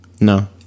No